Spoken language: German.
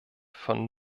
von